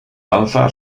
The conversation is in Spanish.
danza